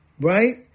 Right